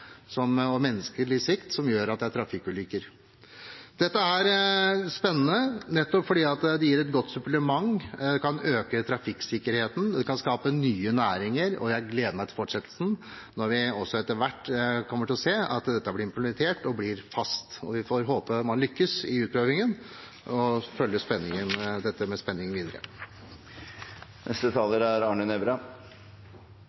og menneskelig svikt som fører til trafikkulykker. Dette er spennende, nettopp fordi det gir et godt supplement, det kan øke trafikksikkerheten, og det kan skape nye næringer. Jeg gleder meg til fortsettelsen, når vi etter hvert kommer til å se at dette blir implementert og blir fast. Vi får håpe man lykkes i utprøvingen, og vi følger dette med spenning videre.